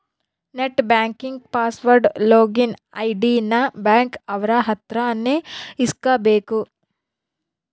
net banking password login ID ನ bank ಅವ್ರ ಅತ್ರ ನೇ ಇಸ್ಕಬೇಕು